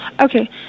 Okay